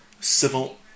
civil